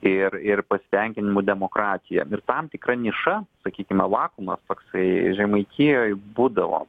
ir ir pasitenkinimu demokratija ir tam tikra niša sakykime vakuumas toksai žemaitijoj būdavo